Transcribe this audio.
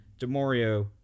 DeMario